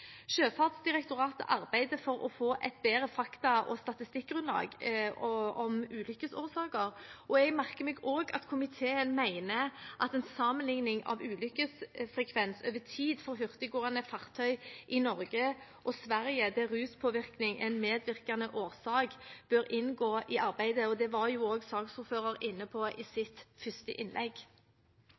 arbeider for å få et bedre fakta- og statistikkgrunnlag om ulykkesårsaker, og jeg merker meg også at komiteen mener at en sammenligning av ulykkesfrekvens over tid for hurtiggående fartøy i Norge og Sverige der ruspåvirkning er en medvirkende årsak, bør inngå i arbeidet. Det var jo også saksordføreren inne på i sitt første innlegg.